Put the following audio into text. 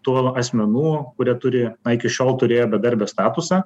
tų asmenų kurie turi na iki šiol turėjo bedarbio statusą